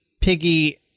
Piggy